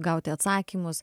gauti atsakymus